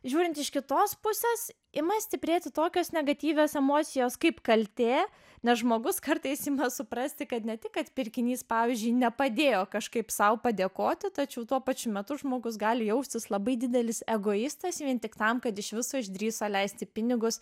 žiūrint iš kitos pusės ima stiprėti tokios negatyvios emocijos kaip kaltė nes žmogus kartais ima suprasti kad ne tik kad pirkinys pavyzdžiui nepadėjo kažkaip sau padėkoti tačiau tuo pačiu metu žmogus gali jaustis labai didelis egoistas vien tik tam kad iš viso išdrįso leisti pinigus